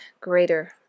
greater